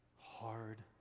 hard